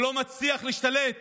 שלא מצליח להשתלט